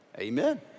amen